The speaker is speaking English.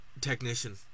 technician